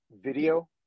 video